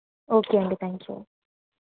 okay అండి thank you